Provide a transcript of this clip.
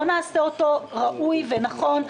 אבל בואו נעשה אותו ראוי ונכון,